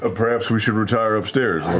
ah perhaps we should retire upstairs